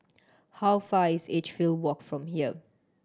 how far is Edgefield Walk from here